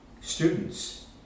students